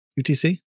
UTC